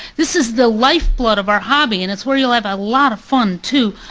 this is the lifeblood of our hobby and it's where you'll have a lot of fun too.